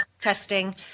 testing